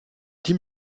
tim